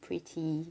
pretty